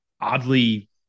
oddly